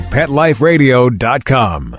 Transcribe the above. PetLifeRadio.com